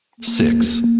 six